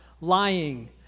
lying